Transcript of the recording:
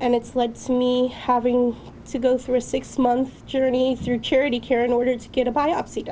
and it's led me having to go through a six month journey through charity care in order to get a biopsy